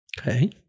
Okay